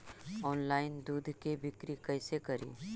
Online दुध के बिक्री कैसे करि?